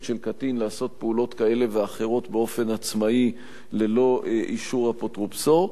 של קטין לעשות פעולות כאלה ואחרות באופן עצמאי ללא אישור אפוטרופוסו.